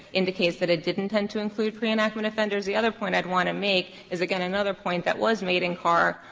indicates that it did intend to include pre-enactment offenders. the other point i would want to make is again, another point that was made in carr,